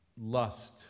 lust